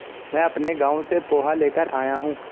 मैं अपने गांव से पोहा लेकर आया हूं